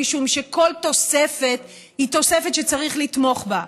משום שכל תוספת היא תוספת שצריך לתמוך בה.